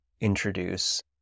introduce